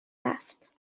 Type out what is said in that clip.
رفت